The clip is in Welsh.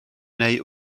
neu